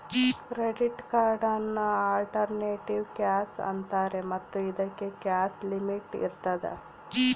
credit ಕಾರ್ಡನ್ನು alternative cash ಅಂತಾರೆ ಮತ್ತು ಇದಕ್ಕೆ ಕ್ಯಾಶ್ ಲಿಮಿಟ್ ಇರ್ತದ